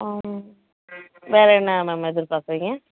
ம் வேறு என்ன மேம் எதிர்பார்க்குறீங்க